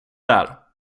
där